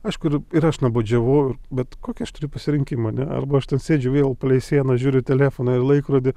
aišku ir ir aš nuobodžiavau ir bet kokį aš turiu pasirinkimą ane arba aš ten sėdžiu vėl palei sieną žiūriu į telefoną ir laikrodį